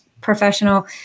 professional